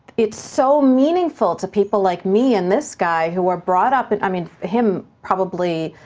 it's so meaningful to people like me and this guy, who were brought up, and i mean, him probably,